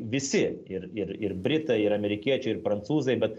visi ir ir ir britai ir amerikiečiai ir prancūzai bet